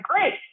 Great